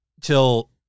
Till